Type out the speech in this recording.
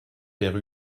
père